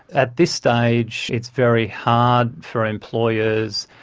at this stage it's very hard for employers,